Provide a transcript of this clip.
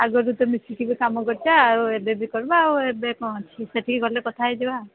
ଆଗରୁ ତ ମିଶିକି କାମ କରିଛେ ଆଉ ଏବେ ବି କରିବା ଆଉ ଏବେ କ'ଣ ଅଛି ସେଠିକି ଗଲେ କଥା ହୋଇଯିବା